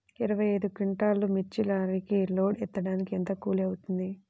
ఇరవై ఐదు క్వింటాల్లు మిర్చి లారీకి లోడ్ ఎత్తడానికి ఎంత కూలి అవుతుంది?